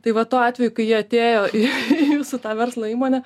tai vat tuo atveju kai jie atėjo į jūsų tą verslą įmonę